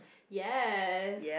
yes